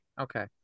Okay